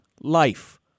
Life